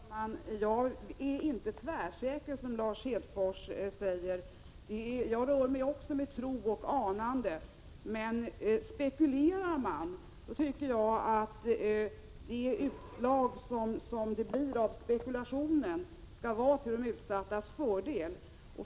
Herr talman! Jag är inte tvärsäker, som Lars Hedfors säger. Jag rör mig också med tro och anande, men om man spekulerar så tycker jag att det utslag som det blir av spekulationen skall vara till de utsattas fördel.